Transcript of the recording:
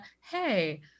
hey